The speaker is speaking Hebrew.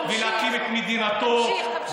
חברת הכנסת ענת ברקו.